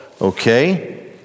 Okay